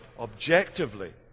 objectively